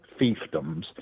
fiefdoms